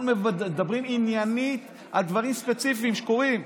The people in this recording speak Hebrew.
אנחנו מדברים עניינית על דברים ספציפיים שקורים,